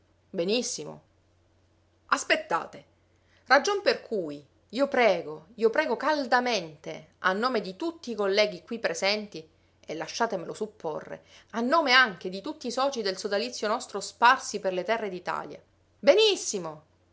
benissimo aspettate ragion per cui io prego io prego caldamente a nome di tutti i colleghi qui presenti e lasciatemelo supporre a nome anche di tutti i socii del sodalizio nostro sparsi per le terre d'ltalia